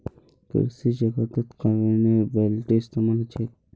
कृषि जगतत कन्वेयर बेल्टेर इस्तमाल छेक